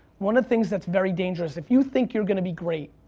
one of the things that's very dangerous, if you think you're gonna be great,